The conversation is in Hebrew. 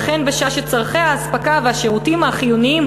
וכן בשעה שצורכי האספקה והשירותים החיוניים